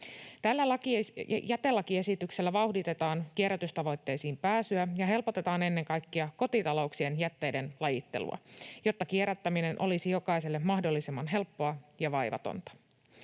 Tällä jätelakiesityksellä vauhditetaan kierrätystavoitteisiin pääsyä ja helpotetaan ennen kaikkea kotitalouksien jätteiden lajittelua, jotta kierrättäminen olisi jokaiselle mahdollisimman helppoa ja vaivatonta.